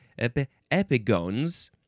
epigones